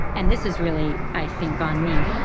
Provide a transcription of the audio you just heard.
and this is really, i think, on me,